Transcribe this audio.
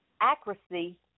accuracy